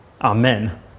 amen